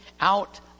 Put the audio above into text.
out